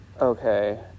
Okay